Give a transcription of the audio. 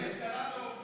אינסטלטור,